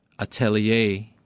atelier